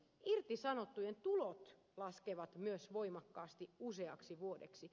irtisanottujen tulot laskevat myös voimakkaasti useaksi vuodeksi